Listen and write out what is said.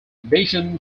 addition